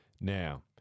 Now